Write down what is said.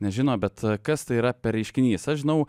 nežino bet kas tai yra per reiškinys aš žinau